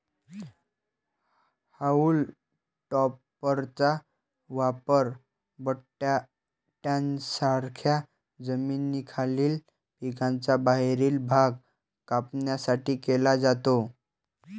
haulm टॉपरचा वापर बटाट्यांसारख्या जमिनीखालील पिकांचा बाहेरील भाग कापण्यासाठी केला जातो